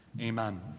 Amen